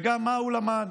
וגם מה הוא למד